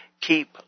keep